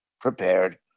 prepared